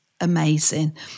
amazing